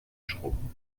schrubben